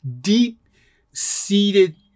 deep-seated